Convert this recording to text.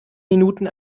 minuten